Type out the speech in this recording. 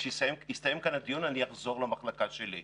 וכשיסתיים הדיון אני אחזור למחלקה שלי.